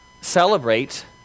celebrate